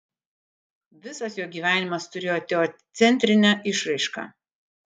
visas jo gyvenimas turėjo teocentrinę išraišką